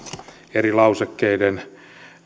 eri lausekkeiden